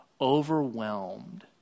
overwhelmed